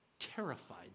Terrified